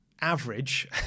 average